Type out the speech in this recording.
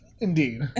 indeed